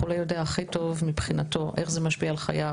החולה יודע הכי טוב מבחינתו איך זה משפיע על חייו,